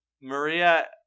Maria